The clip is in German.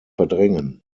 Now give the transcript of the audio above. verdrängen